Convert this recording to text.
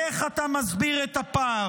איך אתה מסביר את הפער?